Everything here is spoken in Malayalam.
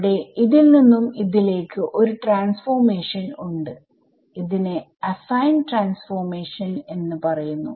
അവിടെ ഇതിൽ നിന്നും ഇതിലേക്ക് ഒരു ട്രാൻസ്ഫോർമേഷൻ ഉണ്ട് ഇതിനെ അഫൈൻ ട്രാൻസ്ഫോർമേഷൻ എന്ന് പറയുന്നു